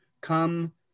come